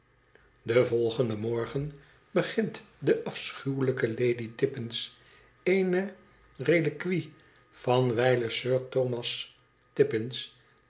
den volgenden morgen begint de afschuwelijk lady tippins eene reliquie van wijlen sir thomas tippins